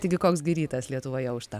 taigi koks gi rytas lietuvoje aušta